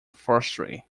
forestry